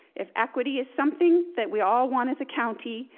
if equity is something that we all want as a county,